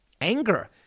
anger